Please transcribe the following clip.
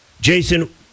Jason